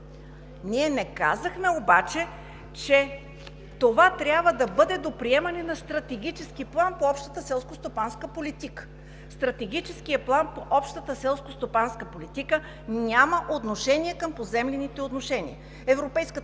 Ние не казахме обаче, че това трябва да бъде до приемане на стратегически план по Общата селскостопанска политика. Стратегическият план по Общата селскостопанска политика няма отношение към поземлените отношения.